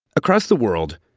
across the world,